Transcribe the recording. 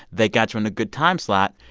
they got you in a good time slot.